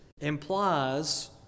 implies